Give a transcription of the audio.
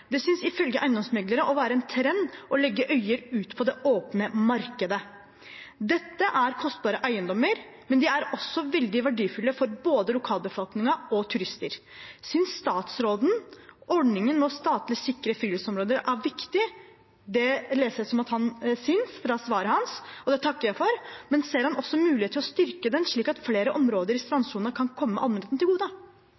Det synes ifølge eiendomsmeglere å være en trend å legge øyer ut på det åpne markedet. Dette er kostbare eiendommer, men de er også veldig verdifulle for både lokalbefolkningen og turister. Synes statsråden ordningen med statlig å sikre friluftsområder er viktig? Det leser jeg det som om han synes, ut fra svaret hans, og det takker jeg for, men ser han også muligheten til å styrke den, slik at flere områder i